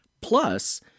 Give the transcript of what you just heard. Plus